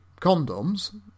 condoms